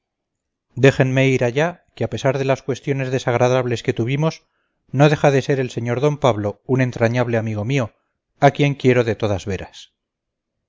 déjenme ir allá que a pesar de las cuestiones desagradables que tuvimos no deja de ser el señor don pablo un entrañable amigo mío a quien quiero de todas veras